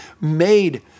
made